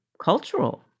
cultural